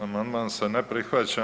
Amandman se ne prihvaća.